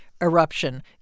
Eruption